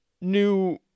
new